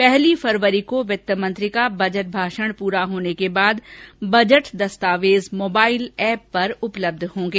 पहली फरवरी को वित्त मंत्री का बजट भाषण पुरा होने के बाद बजट दस्तावेज मोबाइल एप पर उपलब्ध होंगे